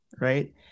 Right